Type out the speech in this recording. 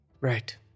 Right